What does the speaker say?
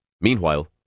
Meanwhile